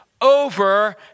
over